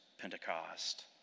Pentecost